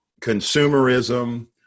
consumerism